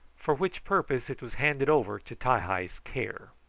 for which purpose it was handed over to ti-hi's care.